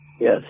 Yes